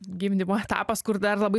gimdymo etapas kur dar labai